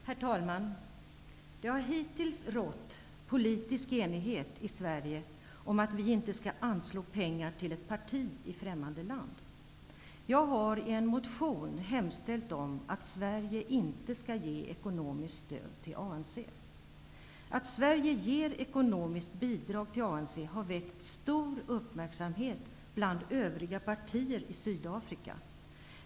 Herr talman! Det har hittills i Sverige rått politisk enighet om att vi inte skall anslå pengar till ett parti i främmande land. Jag har i en motion hemställt om att Sverige inte skall ge ekonomiskt stöd till ANC. Att Sverige ger ekonomiskt bidrag till ANC har väckt stor uppmärksamhet bland övriga partier i Sydafrika.